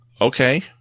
Okay